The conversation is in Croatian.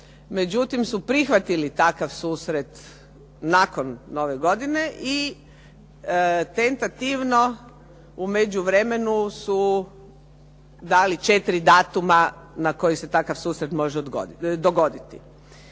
međutim su prihvatili takav susret nakon nove godine i tentativno u međuvremenu su dali četiri datuma na kojih se takav susret može dogoditi.